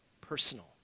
personal